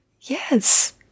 Yes